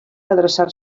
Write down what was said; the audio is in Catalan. adreçar